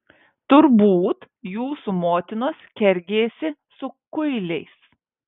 turbūt jūsų motinos kergėsi su kuiliais